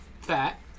fat